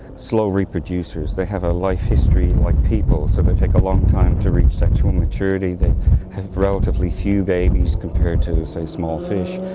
slow-reproducers. they have a life history like people, so they take a long time to reach sexual maturity, they have relatively few babies compared to, say, small fish,